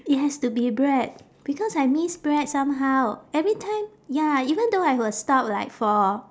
it has to be bread because I miss bread somehow every time ya even though I will stop like for